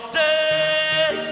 day